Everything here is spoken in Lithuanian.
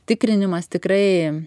tikrinimas tikrai